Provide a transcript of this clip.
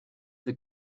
this